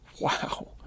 Wow